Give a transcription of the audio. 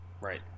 Right